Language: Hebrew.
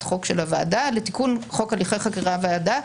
חוק של הוועדה לתיקון חוק הליכי חקירה והעדה,